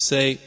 Say